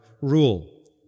rule